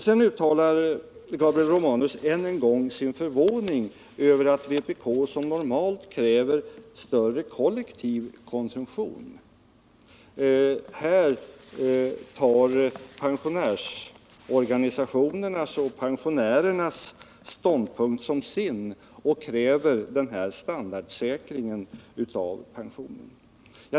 Sedan uttalar Gabriel Romanus än en gång sin förvåning över att vpk, som normalt kräver större kollektiv konsumtion, här tar pensionärsorganisationernas och pensionärernas ståndpunkt som sin och kräver standardsäkring av pensionen.